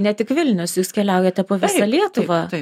ne tik vilnius jūs keliaujate po visą lietuvą